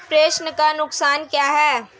प्रेषण के नुकसान क्या हैं?